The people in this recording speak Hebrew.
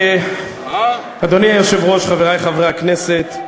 אדוני היושב-ראש, חברי חברי הכנסת,